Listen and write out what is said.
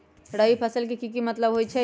रबी फसल के की मतलब होई छई?